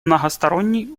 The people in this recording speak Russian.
многосторонний